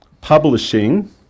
publishing